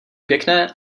pěkné